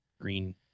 green